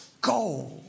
Go